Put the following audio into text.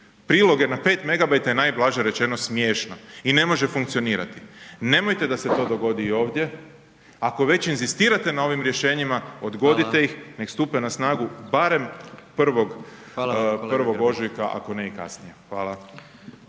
priloge na 5mb je najblaže rečeno smiješno i ne može funkcionirati. Nemojte da se to dogodi i ovdje, ako već inzistirate na ovim rješenjima odgodite ih, neka stupe na snagu barem 1. ožujka ako ne i kasnije. Hvala.